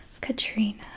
Katrina